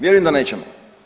Vjerujem da nećemo.